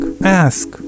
Ask